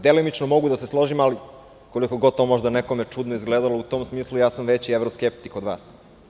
Delimično mogu da se složim ali koliko god to možda nekome čudno izgledalo u tom smislu ja sam većievroskeptik od vas.